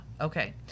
okay